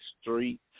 Street